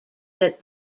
that